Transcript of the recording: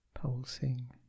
Pulsing